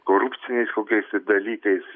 korupciniais kokiais tai dalykais